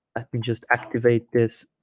i mean just activate this